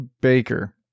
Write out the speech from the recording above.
Baker